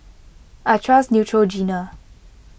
I trust Neutrogena